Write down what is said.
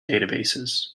databases